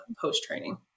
post-training